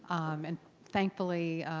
and thankfully,